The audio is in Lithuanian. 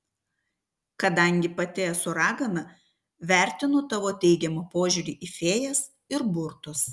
kadangi pati esu ragana vertinu tavo teigiamą požiūrį į fėjas ir burtus